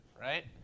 right